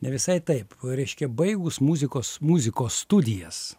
ne visai taip reiškia baigus muzikos muzikos studijas